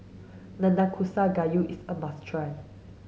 Nanakusa Gayu is a must try